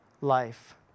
life